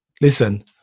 listen